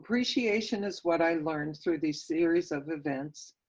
appreciation is what i learned through the series of events,